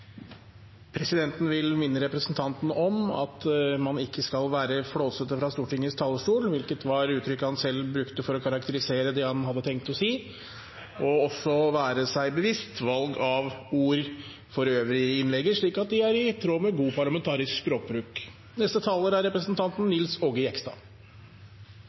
Presidenten vil minne representanten om at man ikke skal være flåsete fra Stortingets talerstol, hvilket var uttrykket han selv brukte for å karakterisere det han hadde tenkt å si, og også være seg bevisst valget av ord for øvrig i innlegget, slik at det er i tråd med god parlamentarisk språkbruk.